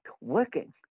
working